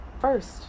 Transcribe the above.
First